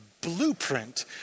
blueprint